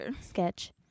Sketch